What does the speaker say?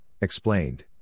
explained